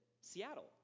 Seattle